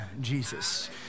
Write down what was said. Jesus